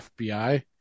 fbi